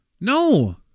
No